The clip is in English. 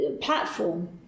platform